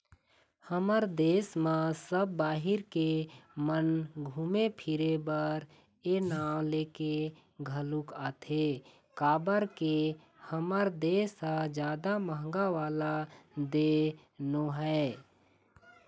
हमर देस म सब बाहिर के मन घुमे फिरे बर ए नांव लेके घलोक आथे काबर के हमर देस ह जादा महंगा वाला देय नोहय